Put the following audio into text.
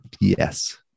Yes